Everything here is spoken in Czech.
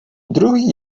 druhý